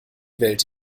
welt